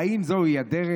האם זוהי הדרך?